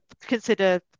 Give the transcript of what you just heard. consider